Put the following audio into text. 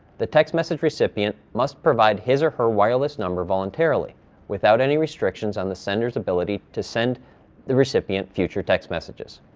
the text message recipient must provide his or her wireless number voluntarily without any restrictions on the sender's ability to send the recipient future text messages.